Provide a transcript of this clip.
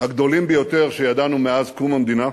הגדולים ביותר שידענו מאז קום המדינה,